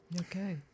Okay